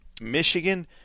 Michigan